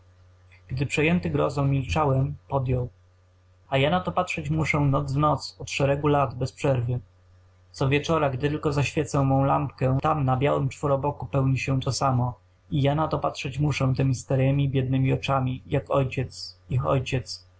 gdy przejęty grozą milczałem podjął a ja na to patrzeć muszę noc w noc od szeregu lat bez przerwy co wieczora gdy tylko zaświecę mą lampkę tam na tym białym czworoboku pełni się to samo i ja na to patrzeć muszę temi staremi biednemi oczyma jak ojciec ich ojciec